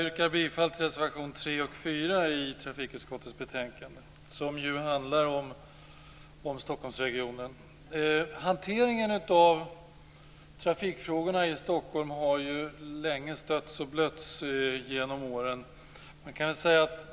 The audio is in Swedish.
Herr talman! Jag yrkar bifall till reservationerna 3 Hanteringen av trafikfrågorna i Stockholm har stötts och blötts länge genom åren.